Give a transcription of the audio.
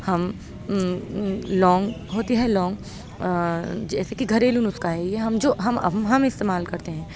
ہم لونگ ہوتی ہے لونگ جیسے کہ گھریلو نسخہ ہے یہ ہم جو ہم ہم ہم استعمال کرتے ہیں